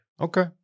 Okay